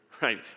Right